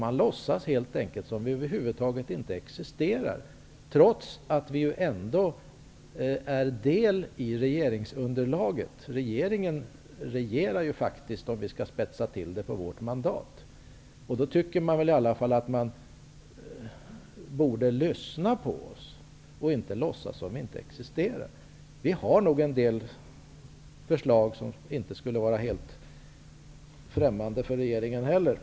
Man låtsas helt enkelt som om vi över huvud taget inte existerar, trots att vi ändå är del i regeringsunderlaget. Regeringen regerar ju faktiskt, om vi skall spetsa till det, på vårt mandat. Då tycker jag i alla fall att man borde lyssna på oss, och inte låtsas som om vi inte existerar. Vi har nog en del förslag som inte skulle vara helt främmande för regeringen heller.